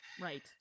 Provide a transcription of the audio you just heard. right